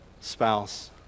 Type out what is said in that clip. spouse